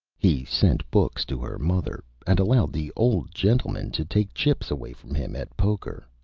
he sent books to her mother, and allowed the old gentleman to take chips away from him at poker.